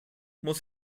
muss